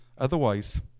Otherwise